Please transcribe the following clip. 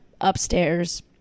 upstairs